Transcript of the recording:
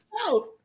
out